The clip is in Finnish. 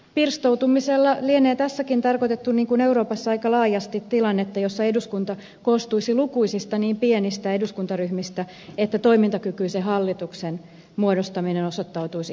pirstoutumisella lienee tässäkin tarkoitettu niin kuin euroopassa aika laajasti tilannetta jossa eduskunta koostuisi lukuisista niin pienistä eduskuntaryhmistä että toimintakykyisen hallituksen muodostaminen osoittautuisi hankalaksi